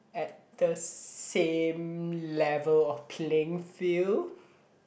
at the same level of playing field